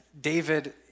David